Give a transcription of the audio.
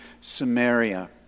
Samaria